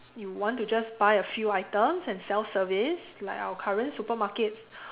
you want to just buy a few items and self service like our current supermarkets